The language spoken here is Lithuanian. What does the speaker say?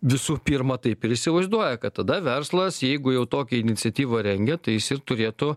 visų pirma taip ir įsivaizduoja kad tada verslas jeigu jau tokią iniciatyvą rengia tai jis ir turėtų